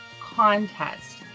contest